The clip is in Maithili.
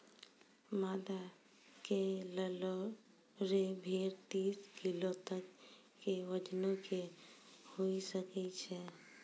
मादा नेल्लोरे भेड़ तीस किलो तक के वजनो के हुए सकै छै